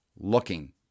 looking